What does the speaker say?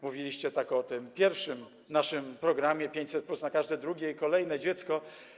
Mówiliście tak o tym naszym pierwszym programie: 500+ na każde drugie i kolejne dziecko.